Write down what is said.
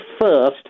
first